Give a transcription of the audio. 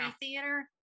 theater